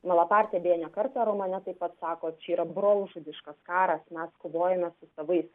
malapartė deja ne kartą romane taip pat sako tai yra brolžudiškas karas mes kovojame su savais